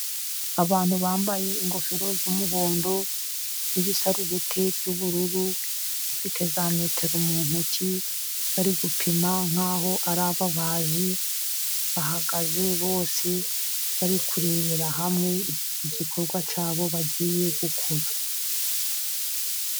Abantu bambaye ingofero z'umuhondo n'ibisarubeti by'ubururu, bafite za metero mu ntoki bari gupima nkaho ari ababaji. Bahagaze bose bari kurebera hamwe igikorwa cyabo bagiye gukora.